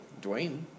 Dwayne